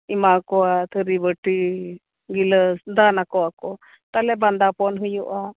ᱮᱢᱟ ᱠᱚᱣᱟ ᱛᱷᱟᱹᱨᱤ ᱵᱟᱹᱴᱤ ᱜᱤᱞᱟᱹᱥ ᱫᱟᱱ ᱱᱟᱠᱚᱣᱟ ᱠᱚ ᱛᱟᱞᱦᱮ ᱵᱟᱸᱫᱟ ᱯᱚᱱ ᱦᱩᱭᱩᱜᱼᱟ